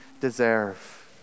deserve